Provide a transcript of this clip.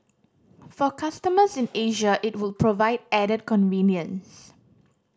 for customers in Asia it would provide added convenience